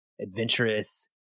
adventurous